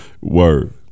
Word